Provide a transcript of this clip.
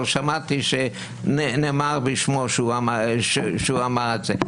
אבל שמעתי שנאמר בשמו שהוא אמר את זה.